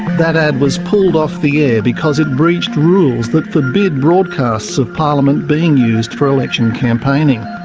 that ad was pulled off the air because it breached rules that forbid broadcasts of parliament being used for election campaigning.